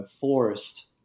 forced